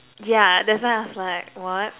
ya that's why I was like what